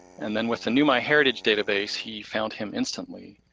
and then with the new myheritage database, he found him instantly.